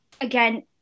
again